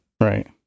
Right